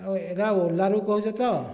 ଏଇଟା ଓଲାରୁ କହୁଛ ତ